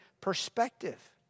perspective